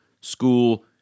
school